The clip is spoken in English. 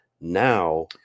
now